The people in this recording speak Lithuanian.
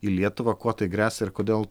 į lietuvą kuo tai gresia ir kodėl